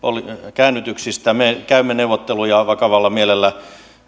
käännytyksistä me käymme neuvotteluja vakavalla mielellä